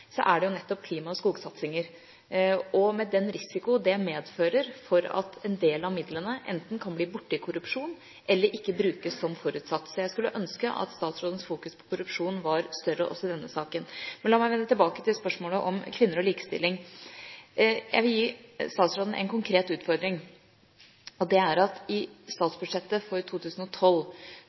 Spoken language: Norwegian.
så er det nettopp klima- og skogsatsinger, med den risiko det medfører for at en del av midlene enten kan bli borte i korrupsjon eller ikke brukes som forutsatt. Så jeg skulle ønske at statsrådens fokus på korrupsjon var større også i denne saken. Men la meg vende tilbake til spørsmålet om kvinner og likestilling. Jeg vil gi statsråden en konkret utfordring: I statsbudsjettet for 2012, på kapittel 168, kvinner og likestilling, er